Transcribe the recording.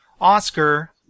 Oscar